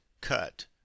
cut